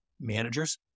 managers